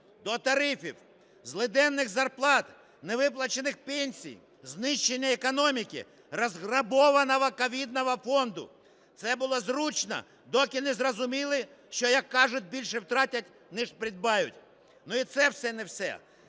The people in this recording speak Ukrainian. до тарифів, злиденних зарплат, невиплачених пенсій, знищення економіки, розграбованого ковідного фонду. Це було зручно, доки не зрозуміли, що, як кажуть, більше втратять, ніж придбають. Ну, і це все – не все,